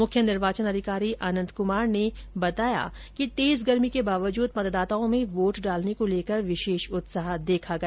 मुख्य निर्वाचन अधिकारी आनंद कुमार ने प्रेसवार्तो में बताया कि तेज गर्मी के बावजूद मतदाताओं में वोट डालने को लेकर विशेष उत्साह देखा गया